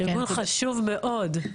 ארגון חשוב מאוד.